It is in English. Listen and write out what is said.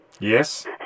Yes